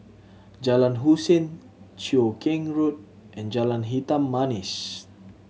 Jalan Hussein Cheow Keng Road and Jalan Hitam Manis